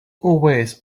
always